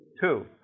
Two